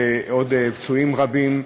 ועוד פצועים רבים.